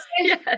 Yes